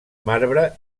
marbre